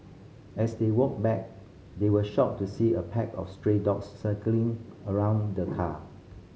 as they walked back they were shocked to see a pack of stray dogs circling around the car